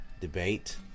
debate